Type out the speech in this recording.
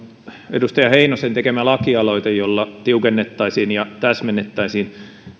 edustaja heinosen tekemä lakialoite jolla tiukennettaisiin ja täsmennettäisiin